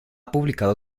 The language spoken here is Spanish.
publicado